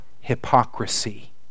hypocrisy